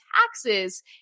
taxes